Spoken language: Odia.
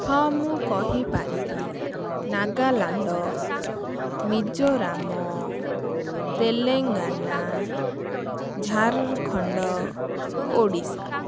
ହଁ ମୁଁ କହିପାରିବି ନାଗାଲାଣ୍ଡ ମିଜୋରାମ ତେଲେଙ୍ଗାନା ଝାଡ଼ଖଣ୍ଡ ଓଡ଼ିଶା